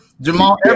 Jamal